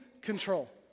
control